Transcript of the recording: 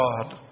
God